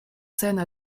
scènes